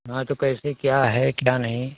हाँ तो कैसे क्या हा कैसे क्या नहीं